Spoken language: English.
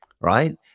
right